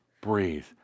breathe